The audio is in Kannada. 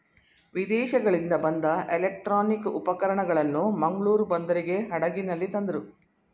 ವಿದೇಶಗಳಿಂದ ಬಂದ ಎಲೆಕ್ಟ್ರಾನಿಕ್ ಉಪಕರಣಗಳನ್ನು ಮಂಗಳೂರು ಬಂದರಿಗೆ ಹಡಗಿನಲ್ಲಿ ತಂದರು